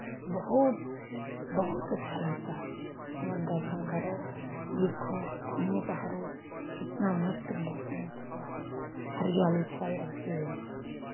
बहुत बहुत अच्छा लगता है मोन दर्शन करो देखो घूमो टहलो कितना मस्त मौसम कितना हरियाली छाई रहती है